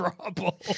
trouble